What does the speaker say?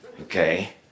okay